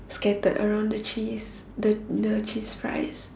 scattered around the cheese the the cheese fries